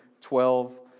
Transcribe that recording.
twelve